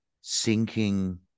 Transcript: sinking